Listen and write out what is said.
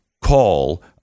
call